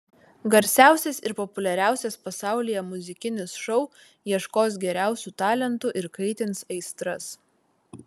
garsiausias ir populiariausias pasaulyje muzikinis šou ieškos geriausių talentų ir kaitins aistras